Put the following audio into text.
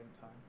time